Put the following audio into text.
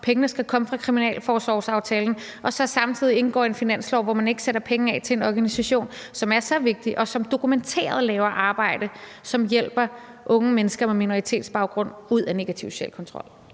at pengene skal komme fra kriminalforsorgsaftalen, og så på den anden side samtidig indgår en finanslovsaftale, hvori man ikke sætter penge af til en organisation, som er så vigtig, og som dokumenteret laver arbejde, som hjælper unge mennesker med minoritetsbaggrund ud af negativ social kontrol.